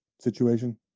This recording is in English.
situation